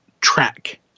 track